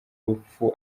rupfu